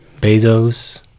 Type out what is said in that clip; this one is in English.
Bezos